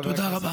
תודה רבה.